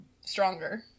stronger